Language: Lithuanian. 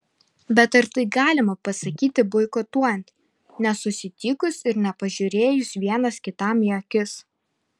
bet ar tai galima pasakyti boikotuojant nesusitikus ir nepasižiūrėjus vienas kitam į akis